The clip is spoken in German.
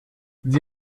sie